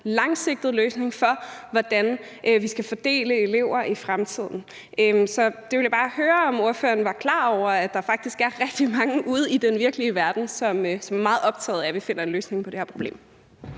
langsigtet løsning for, hvordan vi skal fordele elever i fremtiden. Så jeg ville bare høre, om ordføreren var klar over, at der faktisk er rigtig mange ude i den virkelige verden, som er meget optaget af, at vi finder en løsning på det her problem.